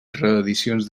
reedicions